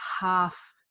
half